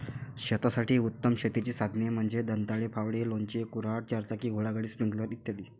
शेतासाठी उत्तम शेतीची साधने म्हणजे दंताळे, फावडे, लोणचे, कुऱ्हाड, चारचाकी घोडागाडी, स्प्रिंकलर इ